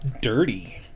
dirty